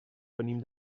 venim